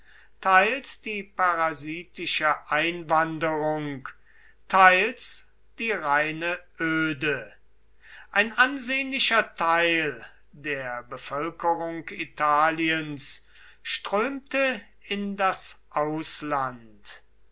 teils die parasitische einwanderung teils die reine öde ein ansehnlicher teil der bevölkerung italiens strömte in das ausland